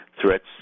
threats